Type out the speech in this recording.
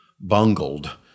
bungled